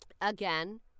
Again